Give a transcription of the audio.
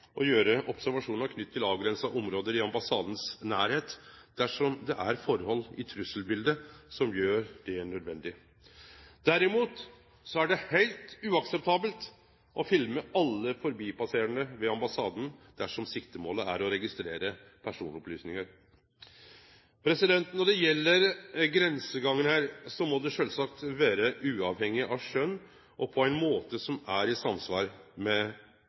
å gjere observasjonar knytte til avgrensa område i ambassaden sin nærleik, dersom det er forhold i trusselbiletet som gjer det nødvendig. Derimot er det heilt uakseptabelt å filme alle forbipasserande ved ambassaden, dersom siktemålet er å registrere personopplysningar. Når det gjeld grensegangen her, må det sjølvsagt vere avhengig av skjønn og på ein måte som er i samsvar med